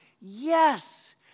Yes